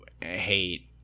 hate